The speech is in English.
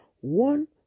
one